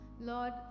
Lord